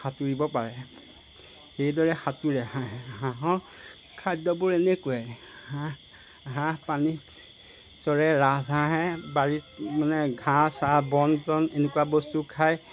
সাঁতুৰিব পাৰে সেইদৰে সাঁতোৰে হাঁহে হাঁহৰ খাদ্যবোৰ এনেকুৱাই হাঁহ হাঁহ পানীত চৰে ৰাজহাঁহে বাৰীত মানে ঘাঁহ চাঁহ বন চন এনেকুৱা বস্তু খায়